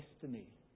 destiny